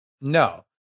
no